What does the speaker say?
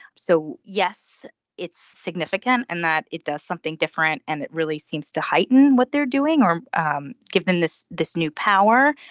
so yes it's significant in that it does something different. and it really seems to heighten what they're doing or um give them this this new power.